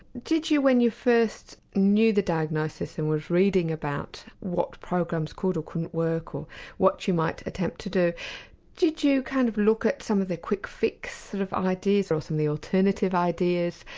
did you when you first knew the diagnosis and were reading about what programs could or couldn't work, or what you might attempt to do did you kind of look at some of the quick fix sort of ideas or some of the alternative ideas?